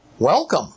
Welcome